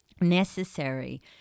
necessary